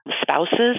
spouses